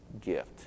gift